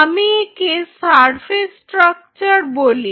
আমি একে surface structure বলি